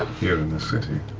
here in the city?